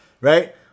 right